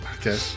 Okay